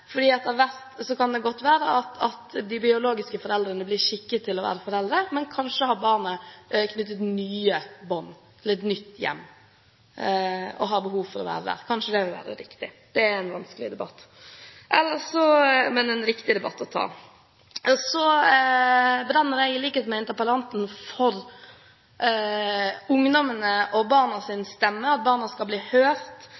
kan det godt være at de biologiske foreldrene blir skikket til å være foreldre, men kanskje har barna knyttet nye bånd til et nytt hjem og har behov for å være der. Kanskje det vil være riktig. Det er en vanskelig, men viktig debatt å ta. Ellers brenner jeg, i likhet med interpellanten, for at ungdommenes og